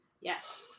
yes